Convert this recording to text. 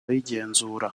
y’igenzura